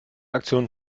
aktion